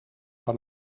van